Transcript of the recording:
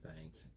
thanks